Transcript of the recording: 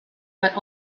but